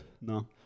No